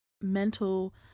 mental